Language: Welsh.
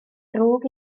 drwg